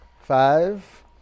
Five